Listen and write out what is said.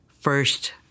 first